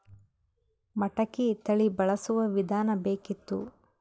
ಮಟಕಿ ತಳಿ ಬಳಸುವ ವಿಧಾನ ಬೇಕಿತ್ತು?